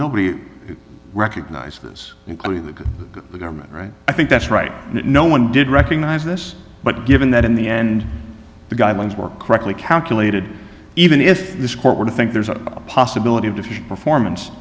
nobody recognizes include the government right i think that's right no one did recognize this but given that in the end the guidelines were correctly calculated even if this court were to think there's a possibility of performance